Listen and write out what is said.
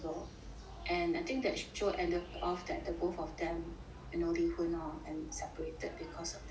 and I think that show ended off that the both of them you know 离婚 lor and separated because of that